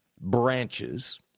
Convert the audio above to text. branches